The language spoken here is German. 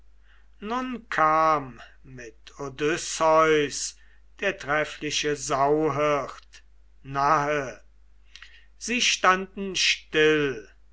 nun kam mit odysseus der treffliche sauhirt nahe sie standen still